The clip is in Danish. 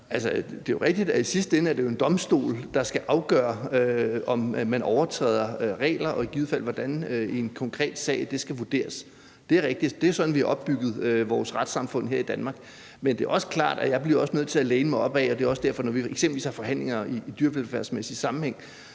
jo rigtigt, at det i sidste ende er en domstol, der skal afgøre, om man overtræder regler, og i givet fald hvordan det i en konkret sag skal vurderes. Det er jo rigtigt, at det er sådan, vi har opbygget vores retssamfund her i Danmark, men det er også klart, at jeg bliver nødt til at læne mig op ad det. Og det er også derfor, at vi, når vi eksempelvis i en dyrevelfærdsmæssig sammenhæng